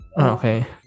Okay